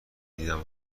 دیدن